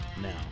now